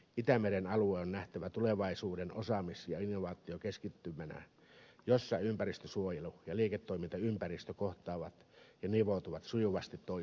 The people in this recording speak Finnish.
itämeren alue on nähtävä tulevaisuuden osaamis ja innovaatiokeskittymänä jossa ympäristönsuojelu ja liiketoimintaympäristö kohtaavat ja nivoutuvat sujuvasti toi